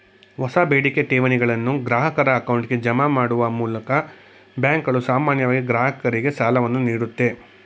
ಹೊಸ ಬೇಡಿಕೆ ಠೇವಣಿಗಳನ್ನು ಗ್ರಾಹಕರ ಅಕೌಂಟ್ಗೆ ಜಮಾ ಮಾಡುವ ಮೂಲ್ ಬ್ಯಾಂಕ್ಗಳು ಸಾಮಾನ್ಯವಾಗಿ ಗ್ರಾಹಕರಿಗೆ ಸಾಲವನ್ನು ನೀಡುತ್ತೆ